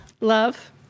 love